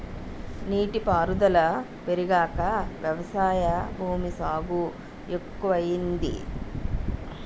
నీటి పారుదుల పెరిగాక వ్యవసాయ భూమి సాగు ఎక్కువయింది